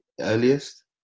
earliest